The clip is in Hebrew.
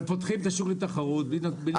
אבל פותחים את השוק לתחרות בלי להגביל.